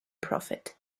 profit